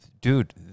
dude